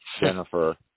Jennifer